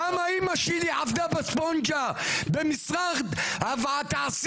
למה אמא שלי עבדה בספונג'ה במשרד התעשייה,